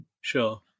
sure